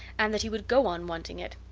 and that he would go on wanting it.